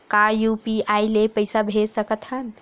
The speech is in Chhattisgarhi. का यू.पी.आई ले पईसा भेज सकत हन?